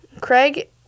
Craig